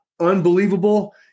unbelievable